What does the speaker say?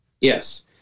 Yes